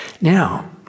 Now